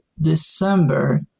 December